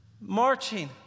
marching